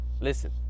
listen